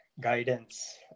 guidance